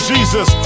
Jesus